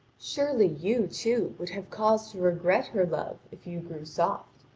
surely you, too, would have cause to regret her love if you grew soft,